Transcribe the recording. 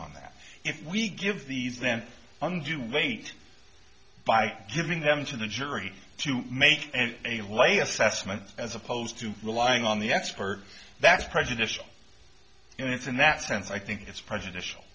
on that if we give these then undue weight by giving them to the jury to make and a lay assessment as opposed to relying on the expert that's prejudicial and it's in that sense i think it's prejudicial